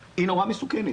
מסוכנת.